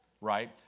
Right